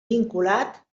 vinculat